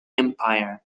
empire